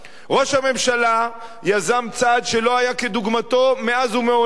ראש הממשלה יזם צעד שלא היה כדוגמתו מאז ומעולם,